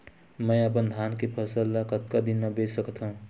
मैं अपन धान के फसल ल कतका दिन म बेच सकथो?